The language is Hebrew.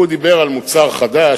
הוא דיבר על מוצר חדש,